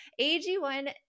AG1